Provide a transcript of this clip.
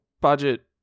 budget